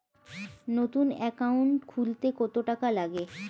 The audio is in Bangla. নতুন একাউন্ট খুলতে কত টাকা লাগে?